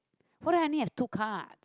what do I need have two cards